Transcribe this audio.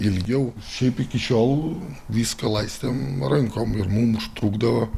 ilgiau šiaip iki šiol viską laistėm rankom ir mums užtrukdavo